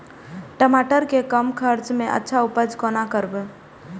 टमाटर के कम खर्चा में अच्छा उपज कोना करबे?